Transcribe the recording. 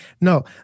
no